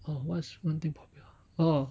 orh what is one thing popular ah oh